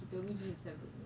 he told me he himself don't know